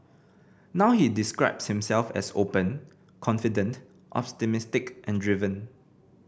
now he describes himself as open confident optimistic and driven